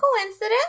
coincidence